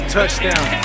Touchdown